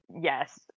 Yes